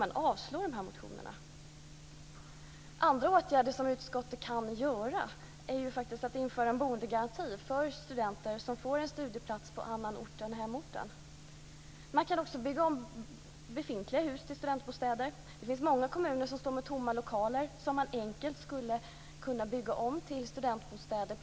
Jo, man avstyrker dessa motioner. Andra åtgärder som utskottet kan föreslå är införandet av en boendegaranti för studenter som får en studieplats på annan ort än hemorten. Man kan också bygga om befintliga hus till studentbostäder. Det finns tomma lokaler i många kommuner som man enkelt skulle kunna byggas om till studentbostäder.